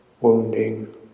wounding